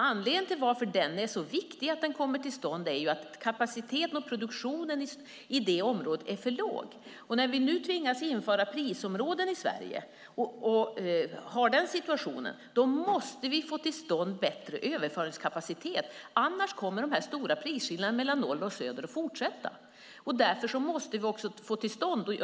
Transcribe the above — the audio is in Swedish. Anledningen till att det är så viktigt att den kommer till stånd är att kapaciteten och produktionen i det området är för låg. När vi nu har den situationen att vi tvingas införa prisområden i Sverige måste vi få till stånd bättre överföringskapacitet. Annars kommer de stora prisskillnaderna mellan norr och söder att fortsätta. Därför måste vi också få till stånd Sydvästlänken.